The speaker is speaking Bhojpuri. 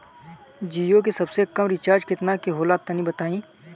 जीओ के सबसे कम रिचार्ज केतना के होला तनि बताई?